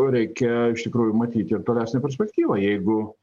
reikia iš tikrųjų matyti ir tolesnę perspektyvą jeigu